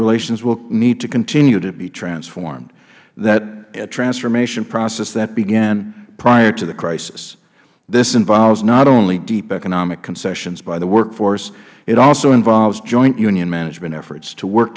relations will need to continue to be transformed that transformation process that began prior to the crisis this involves not only deep economic concessions by the workforce it also involves joint unionmanagement efforts to work